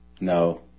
No